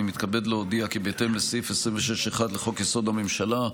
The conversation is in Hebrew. אני מתכבד להודיע כי בהתאם לסעיף 26(1) לחוק-יסוד: הממשלה,